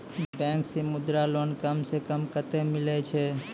Bank से Mudra loan कम सऽ कम कतैय मिलैय छै?